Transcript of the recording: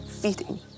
feeding